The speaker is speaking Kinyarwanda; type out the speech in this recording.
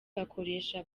bakoresha